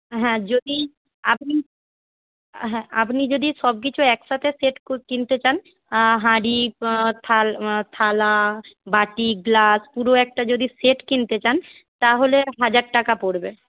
হ্যাঁ যদি আপনি হ্যাঁ আপনি যদি সবকিছু একসাথে সেট কিনতে চান হাঁড়ি থালা বাটি গ্লাস পুরো একটা যদি সেট কিনতে চান তাহলে হাজার টাকা পড়বে